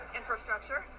infrastructure